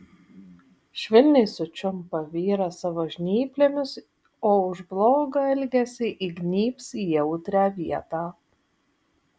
švelniai sučiumpa vyrą savo žnyplėmis o už blogą elgesį įgnybs į jautrią vietą